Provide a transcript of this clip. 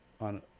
on